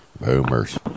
Boomers